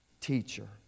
teacher